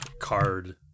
card